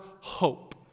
hope